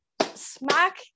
smack